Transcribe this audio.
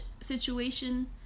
situation